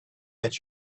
that